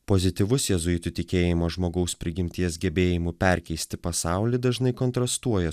pozityvus jėzuitų tikėjimo žmogaus prigimties gebėjimu perkeisti pasaulį dažnai kontrastuoja